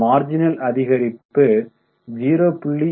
marginal அதிகரிப்பு 0௦